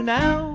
now